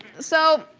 so,